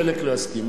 חלק לא יסכימו.